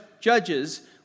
judges